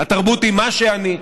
התרבות היא מה שאני,